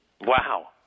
Wow